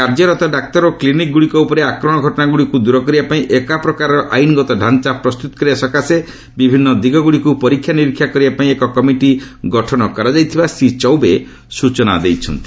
କାର୍ଯ୍ୟରତ ଡାକ୍ତର ଓ କ୍ଲିନିକ୍ଗୁଡ଼ିକ ଉପରେ ଆକ୍ରମଣ ଘଟଣାଗୁଡ଼ିକୁ ଦୂର କରିବାପାଇଁ ଏକା ପ୍ରକାରର ଆଇନଗତ ତାଞ୍ଚା ପ୍ରସ୍ତୁତ କରିବା ସକାଶେ ବିଭିନ୍ନ ଦିଗଗୁଡ଼ିକୁ ପରୀକ୍ଷା ନିରୀକ୍ଷା କରିବାପାଇଁ ଏକ କମିଟି ଗଠନ କରାଯାଇଥିବା ଶ୍ରୀ ଚୌବେ ସୂଚନା ଦେଇଛନ୍ତି